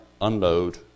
unload